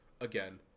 again